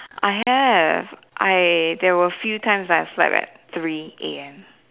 I have I there were a few times I slept at three a_m